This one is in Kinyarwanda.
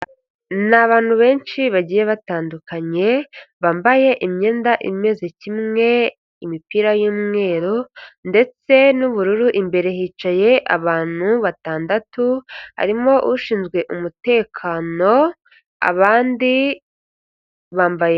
Ni abantu benshi bagiye batandukanye bambaye imyenda imeze kimwe, imipira y'umweru ndetse n'ubururu, imbere hicaye abantu batandatu, harimo ushinzwe umutekano, abandi bambaye.